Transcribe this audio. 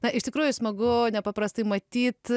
na iš tikrųjų smagu nepaprastai matyt